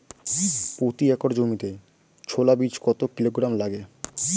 প্রতি একর জমিতে ছোলা বীজ কত কিলোগ্রাম লাগে?